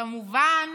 וכמובן